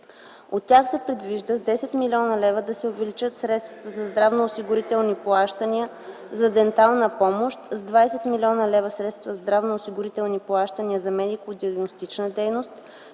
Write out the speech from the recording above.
От тях се предвижда с 10 млн.лв. да се увеличат средствата за здравноосигурителни плащания за дентална помощ, с 20 млн.лв. - средствата за здравноосигурителни плащания за медико-диагностична дейност,